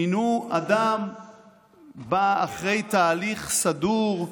מינו אדם שבא אחרי תהליך סדור,